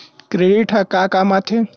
Credit ह का काम आथे?